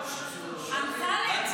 אמסלם,